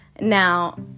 Now